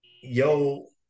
yo